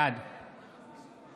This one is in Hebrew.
בעד יעל רון בן משה, אינה נוכחת